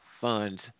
funds